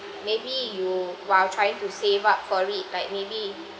maybe you while trying to save up for it like maybe